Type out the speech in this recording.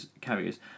carriers